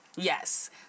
Yes